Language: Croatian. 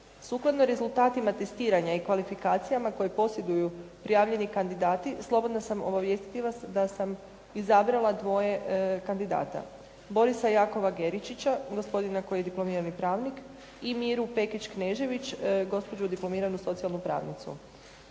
Sukladno rezultatima testiranja i kvalifikacijama koje posjeduju prijavljeni kandidati slobodna sam obavijestiti vas da sam izabrala dvoje kandidata; Borisa Jakova Geričića, gospodina koji je diplomirani pravnik i Miru Pekić-Knežević, gospođu diplomiranu socijalnu pravnicu,